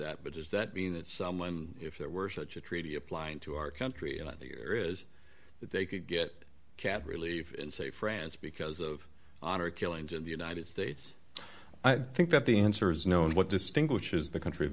that but does that mean that someone if there were such a treaty applying to our country and i think there is that they could get cap relief in say france because of honor killings in the united states i think that the answer is no and what distinguishes the country of